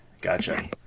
gotcha